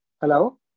Hello